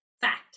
fact